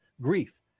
grief